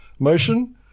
Motion